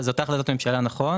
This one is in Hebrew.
נכון